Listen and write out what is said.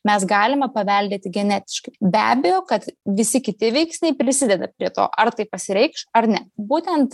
mes galime paveldėti genetiškai be abejo kad visi kiti veiksniai prisideda prie to ar tai pasireikš ar ne būtent